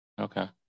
Okay